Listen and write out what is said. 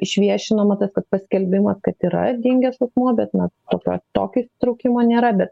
išviešinama tas kad paskelbimas kad yra dingęs asmuo bet na tokio tokio įsitraukimo nėra bet